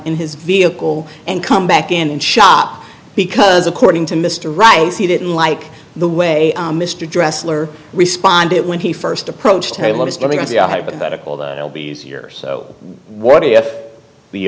in his vehicle and come back in and shop because according to mr rice he didn't like the way mr dressler responded when he first approached what is going to be a hypothetical that will be easier so what if the